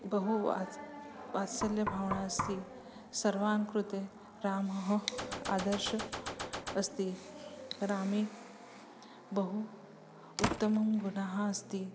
बहु वात्सल्यभावना अस्ति सर्वाङ्कृते रामः आदर्शः अस्ति रामे बहु उत्तमं गुणाः अस्ति